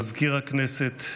מזכיר הכנסת,